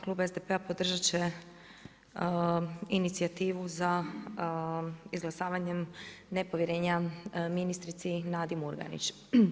Klub SDP-a podržat će inicijativu za izglasavanjem nepovjerenja ministrici Nadi Murganić.